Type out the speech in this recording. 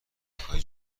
امریکای